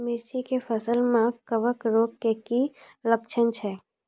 मिर्ची के फसल मे कवक रोग के की लक्छण छै?